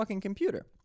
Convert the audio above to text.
computer